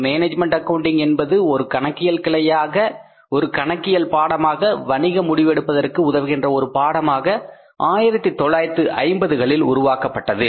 management accounting என்பது ஒரு கணக்கில் கிளையாக ஒரு கணக்கியல் பாடமாக வணிக முடிவெடுப்பதற்கு உதவுகின்ற ஒரு பாடமாக 1950களில் உருவாக்கப்பட்டது